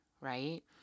right